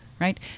Right